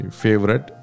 favorite